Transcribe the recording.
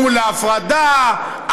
מול ההפרדה,